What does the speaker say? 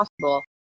possible